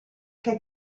che